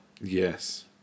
Yes